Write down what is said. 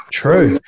true